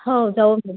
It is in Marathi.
हो जाऊ जाऊ